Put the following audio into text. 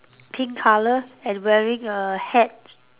pink colour and wearing a hat